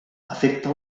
afecta